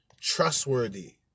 trustworthy